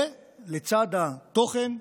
ולצד התוכן,